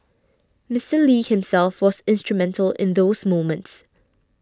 Mister Lee himself was instrumental in those moments